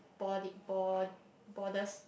bord~ bor~ borders